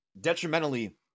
detrimentally